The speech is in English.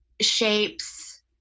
shapes